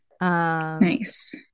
nice